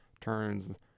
turns